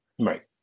Right